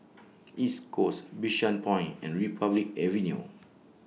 East Coast Bishan Point and Republic Avenue